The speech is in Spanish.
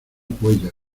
cuéllar